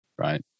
right